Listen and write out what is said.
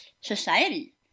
society